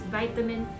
vitamin